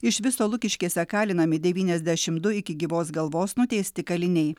iš viso lukiškėse kalinami devyniasdešim du iki gyvos galvos nuteisti kaliniai